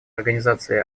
организации